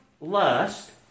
lust